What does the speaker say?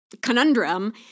conundrum